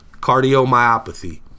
Cardiomyopathy